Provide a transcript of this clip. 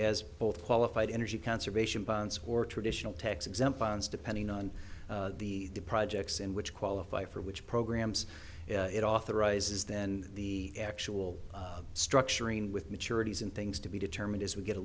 as both qualified energy conservation bonds or traditional tax exempt bonds depending on the projects in which qualify for which programs it authorizes then the actual structuring with maturities and things to be determined as we get a